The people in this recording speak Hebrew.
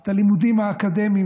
את הלימודים האקדמיים,